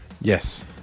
Yes